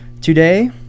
Today